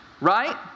right